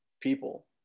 people